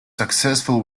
successful